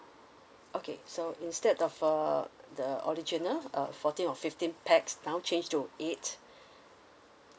okay so instead of uh the original uh fourteen or fifteen pax now change to eight